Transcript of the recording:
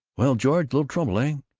well, george, little trouble, ah?